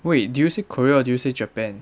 wait did you say korea or did you say japan